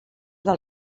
del